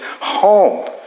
home